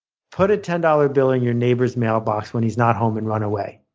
put a ten dollars bill in your neighbor's mailbox when he's not home and run away.